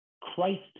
Christ